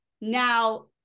Now